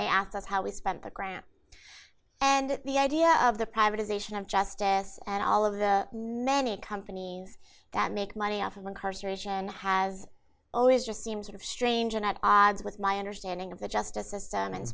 they asked us how we spent the grant and the idea of the privatization of justice and all of the nanny companies that make money off of incarceration has always just seems strange and at odds with my understanding of the justice system and